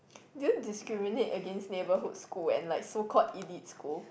do you discriminate against neighbourhood school and like so called elite school